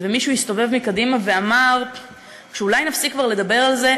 ומישהו הסתובב מקדימה ואמר שאולי נפסיק כבר לדבר על זה,